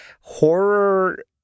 horror